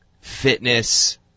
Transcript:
fitness